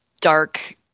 dark